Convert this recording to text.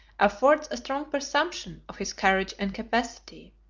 affords a strong presumption of his courage and capacity.